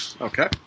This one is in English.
Okay